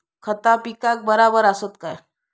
खता पिकाक बराबर आसत काय?